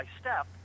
step